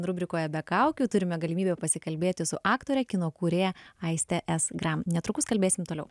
rubrikoje be kaukių turime galimybę pasikalbėti su aktore kino kūrėja aistė s gram netrukus kalbėsim toliau